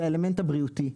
זה האלמנט הבריאותי,